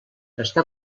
està